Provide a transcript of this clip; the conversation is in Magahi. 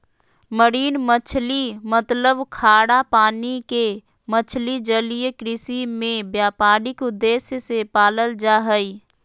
मरीन मछली मतलब खारा पानी के मछली जलीय कृषि में व्यापारिक उद्देश्य से पालल जा हई